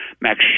Max